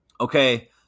okay